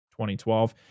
2012